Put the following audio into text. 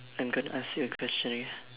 I'm gonna ask you a question okay